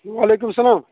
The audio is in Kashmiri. وعلیکُم اسلام